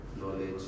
knowledge